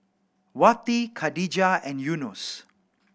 Wati Khadija and Yunos